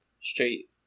straight